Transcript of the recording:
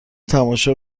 تماشا